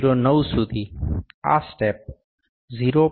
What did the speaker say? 009 સુધી અથવા સ્ટેપ 0